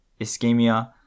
ischemia